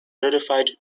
certified